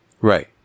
right